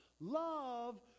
Love